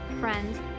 friends